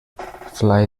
fly